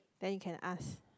then you can ask